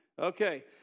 okay